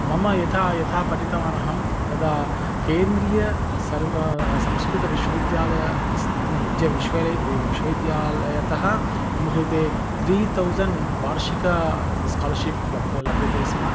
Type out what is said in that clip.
मम यथा यथा पठितवान् अहं तदा केन्द्रीय सर्व संस्कृतविश्वविद्यालय स् विद्य विश्वलय् विश्वविद्यालयतः मम कृते त्री तौसेण्ड् वार्षिक स्कालर्शिप् लब् लभ्यते स्म